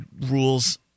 rules